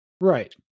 Right